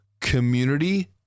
community